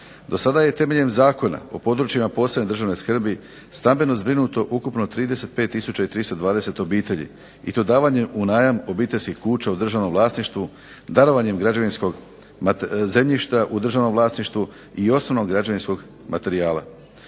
Do sada je temeljem Zakona o područjima posebne državne skrbi stambeno zbrinuto ukupno 35320 obitelji i to davanjem u najam obiteljskih kuća u državnom vlasništvu, darovanjem građevinskog zemljišta u državnom vlasništvu i osnovnog građevinskog materijala.